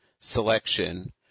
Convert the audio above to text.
selection